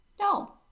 no